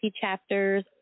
chapters